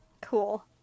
Cool